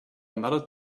another